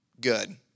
good